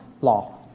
law